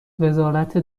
وزارت